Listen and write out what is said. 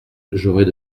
j’aurais